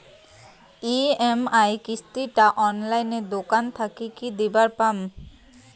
EMI কিস্তি টা অনলাইনে দোকান থাকি কি দিবার পাম?